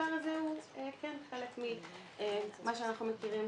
הדבר הזה הוא כן חלק ממה שאנחנו מכירים